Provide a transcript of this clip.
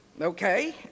Okay